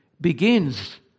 begins